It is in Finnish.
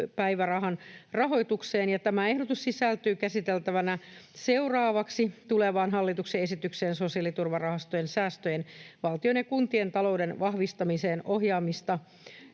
peruspäivärahan rahoitukseen, ja tämä ehdotus sisältyy käsiteltävänä seuraavaksi tulevaan hallituksen esitykseen sosiaaliturvarahastojen säästöjen valtion ja kuntien talouden vahvistamiseen ohjaamista